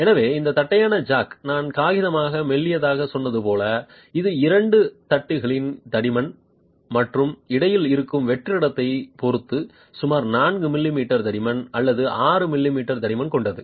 எனவே இந்த தட்டையான ஜாக் நான் காகிதமாக மெல்லியதாக சொன்னது போல் இது இரண்டு தட்டுகளின் தடிமன் மற்றும் இடையில் இருக்கும் வெற்றிடத்தைப் பொறுத்து சுமார் 4 மில்லிமீட்டர் தடிமன் அல்லது 6 மில்லிமீட்டர் தடிமன் கொண்டது